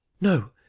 no